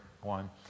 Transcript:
one